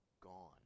gone